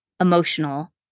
emotional